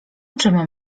czym